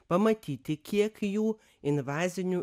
pamatyti kiek jų invazinių